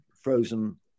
frozen